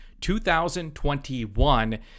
2021